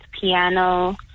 piano